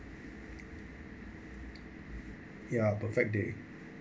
ya perfect day